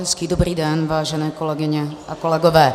Hezký dobrý den, vážené kolegyně a kolegové.